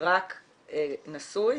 רק נשוי.